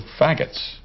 faggots